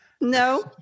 No